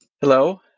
Hello